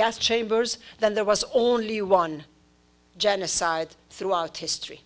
gas chambers then there was only one genocide throughout history